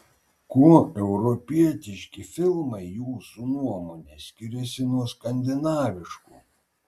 kuo europietiški filmai jūsų nuomone skiriasi nuo skandinaviškų